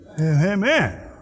Amen